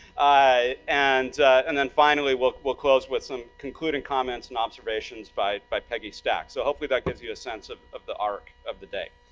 and and then, finally, we'll we'll close with some concluding comments and observations by by peggy stack. so hopefully, that gives you a sense of of the arc of the day.